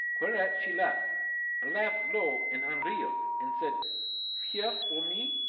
whereat she laughed a laugh, low and unreal, and said fear for me!